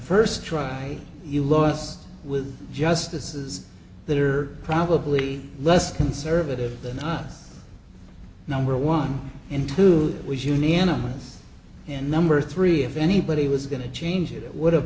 first try you lust with justices that are probably less conservative than i number one in two was unanimous and number three if anybody was going to change it it would have